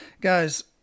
guys